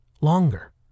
longer